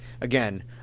again